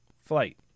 Flight